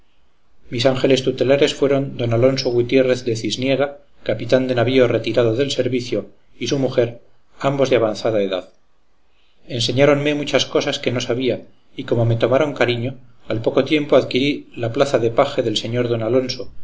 mis ángeles tutelares fueron d alonso gutiérrez de cisniega capitán de navío retirado del servicio y su mujer ambos de avanzada edad enseñáronme muchas cosas que no sabía y como me tomaran cariño al poco tiempo adquirí la plaza de paje del sr don alonso